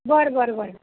बरं बरं बरं